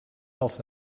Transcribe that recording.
else